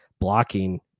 blocking